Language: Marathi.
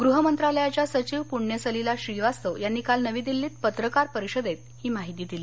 गृह मंत्रालयाच्या सचिव पुण्यसलीला श्रीवास्तव यांनी काल नवी दिल्लीत पत्रकार परिषदेत ही माहिती दिली